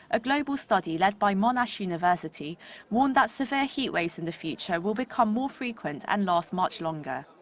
a global study led by monash university warned that severe heatwaves in the future will become more frequent and last much longer.